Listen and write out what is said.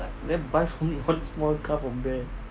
then buy for me one small car from there